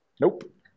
Nope